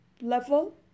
Level